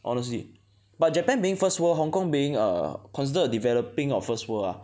honestly but Jpan being first world Hong Kong being err considered developing or first world ah